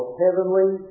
heavenly